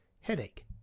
headache